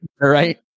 right